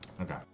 Okay